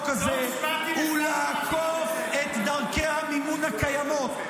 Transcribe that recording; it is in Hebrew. הזה הוא לעקוף את דרכי המימון הקיימות.